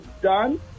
done